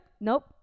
Nope